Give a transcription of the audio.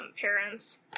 parents